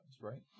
right